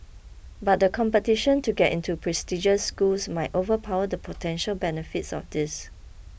but the competition to get into prestigious schools might overpower the potential benefits of this